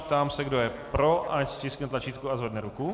Ptám se, kdo je pro, ať stiskne tlačítko a zvedne ruku.